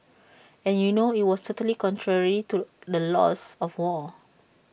and you know IT was totally contrary to the laws of war